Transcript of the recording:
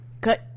cut